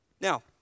Now